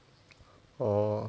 orh